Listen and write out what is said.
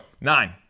Nine